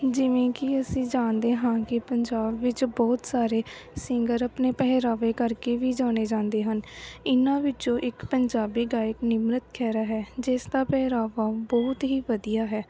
ਜਿਵੇਂ ਕਿ ਅਸੀਂ ਜਾਣਦੇ ਹਾਂ ਕਿ ਪੰਜਾਬ ਵਿੱਚ ਬਹੁਤ ਸਾਰੇ ਸਿੰਗਰ ਆਪਣੇ ਪਹਿਰਾਵੇ ਕਰਕੇ ਵੀ ਜਾਣੇ ਜਾਂਦੇ ਹਨ ਇਹਨਾਂ ਵਿੱਚੋਂ ਇੱਕ ਪੰਜਾਬੀ ਗਾਇਕ ਨਿਮਰਤ ਖਹਿਰਾ ਹੈ ਜਿਸ ਦਾ ਪਹਿਰਾਵਾ ਬਹੁਤ ਹੀ ਵਧੀਆ ਹੈ